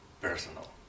personal